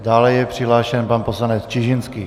Dále je přihlášen pan poslanec Čižinský.